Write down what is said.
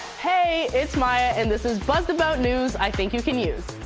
hey, it's myah. and this is buzzed about news. i think you can use.